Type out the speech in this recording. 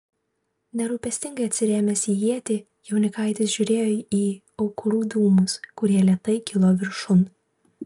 nerūpestingai atsirėmęs į ietį jaunikaitis žiūrėjo į aukurų dūmus kurie lėtai kilo viršun